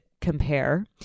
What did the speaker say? compare